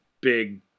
big